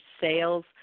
sales